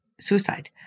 suicide